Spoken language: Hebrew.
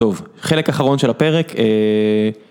טוב, חלק אחרון של הפרק.